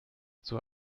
zur